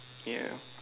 yeah